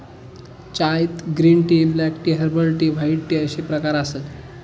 चायत green tea, black tea, herbal tea, white tea अश्ये प्रकार आसत